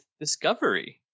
Discovery